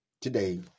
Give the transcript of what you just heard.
Today